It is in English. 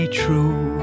true